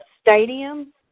stadium